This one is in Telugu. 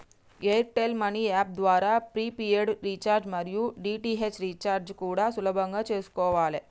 ఎయిర్ టెల్ మనీ యాప్ ద్వారా ప్రీపెయిడ్ రీచార్జి మరియు డీ.టి.హెచ్ రీచార్జి కూడా సులభంగా చేసుకోవాలే